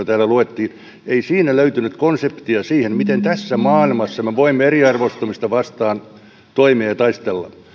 täällä luettiin ei siitä löytynyt konseptia siihen miten me tässä maailmassa voimme eriarvoistumista vastaan toimia ja taistella